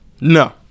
No